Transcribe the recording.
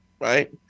right